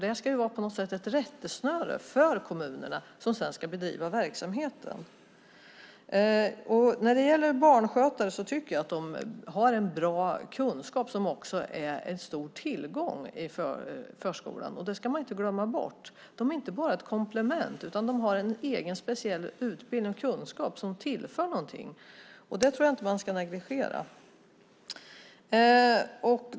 Det ska vara ett slags rättesnöre för kommunerna som sedan ska bedriva verksamheten. Barnskötare har en bra kunskap som också är en stor tillgång för förskolan. Det ska man inte glömma bort. De är inte bara ett komplement, utan de har en egen speciell utbildning och kunskap som tillför något. Det ska man inte negligera.